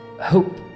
hope